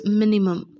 minimum